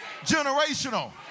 generational